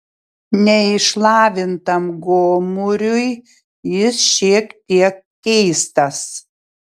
neišlavintam gomuriui jis šiek tiek keistas